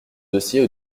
dossiers